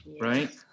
Right